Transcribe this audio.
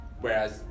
whereas